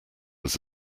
was